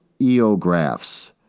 eographs